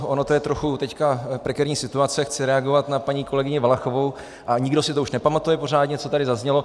Ono to je trochu teď prekérní situace, chci reagovat na paní kolegyni Valachovou a nikdo si už nepamatuje pořádně to, co tady zaznělo.